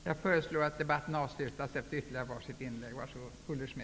Jag föreslår att debatten avslutas efter ytterligare var sitt inlägg från talarna.